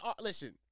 listen